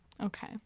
Okay